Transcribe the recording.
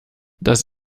das